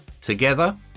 Together